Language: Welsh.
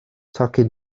tocyn